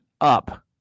up